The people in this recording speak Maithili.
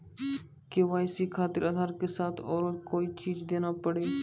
के.वाई.सी खातिर आधार के साथ औरों कोई चीज देना पड़ी?